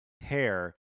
hair